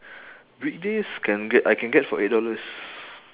weekdays can get I can get for eight dollars